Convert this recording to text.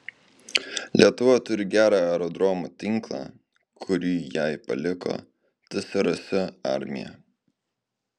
lietuva turi gerą aerodromų tinklą kurį jai paliko tsrs armija